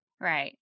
Right